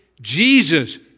Jesus